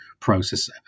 processor